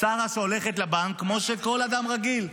שרה שהולכת לבנק כמו כל אדם רגיל.